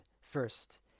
first